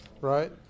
right